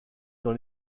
dans